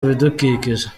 bidukikije